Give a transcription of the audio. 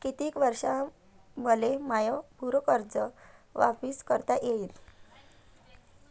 कितीक वर्षात मले माय पूर कर्ज वापिस करता येईन?